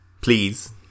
please